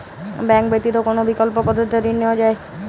Bank ব্যতিত কোন বিকল্প পদ্ধতিতে ঋণ নেওয়া যায়?